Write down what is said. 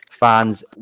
fans